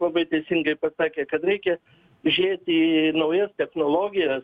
labai teisingai pasakė kad reikia žiūrėti į naujas technologijas